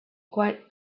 quite